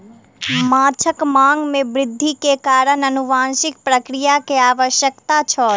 माँछक मांग में वृद्धि के कारण अनुवांशिक प्रक्रिया के आवश्यकता छल